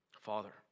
Father